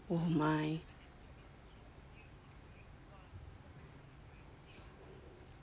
!wah! my